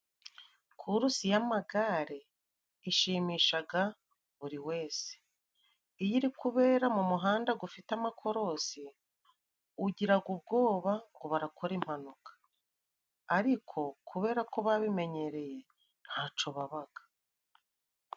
Kurusi y'amagare ishimishaga buri wese, iyo iri kubera mu muhanda gufite amakorosi, ugiraga ubwoba ngo barakora impanuka ariko kubera ko babimenyereye ntaco babaga.